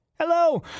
Hello